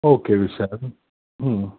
okay Vishal